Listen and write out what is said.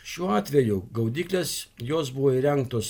šiuo atveju gaudyklės jos buvo įrengtos